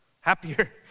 happier